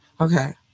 okay